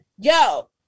Yo